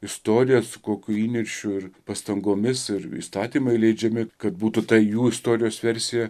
istorija su kokiu įniršiu ir pastangomis ir įstatymai leidžiami kad būtų ta jų istorijos versija